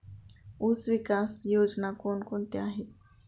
ऊसविकास योजना कोण कोणत्या आहेत?